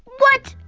what.